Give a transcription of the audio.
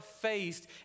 faced